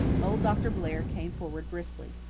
old dr. blair came forward briskly.